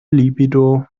libido